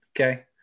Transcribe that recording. Okay